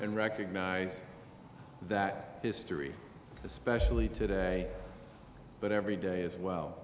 and recognize that history especially today but every day as well